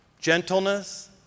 gentleness